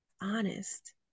honest